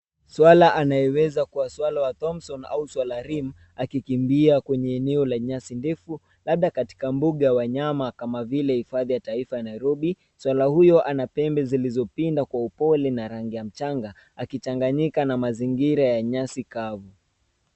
Swara anayeweza kuwa swara Thompson au swara Rim akikimbia kwenye eneo la nyasi ndefu labda kwenye mbuga ya wanyama kama vile hifadhi ya taifa ya Nairobi. Swara huyo ana pembe zilizopinda kwa upole na rangi ya mchanga akichanganyika na mazingira ya nyasi kavu.